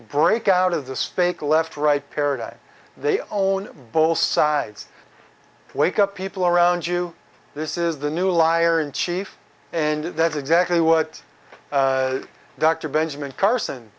break out of the spake left right paradigm they own both sides wake up people around you this is the new liar in chief and that's exactly what dr benjamin carson